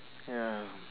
ya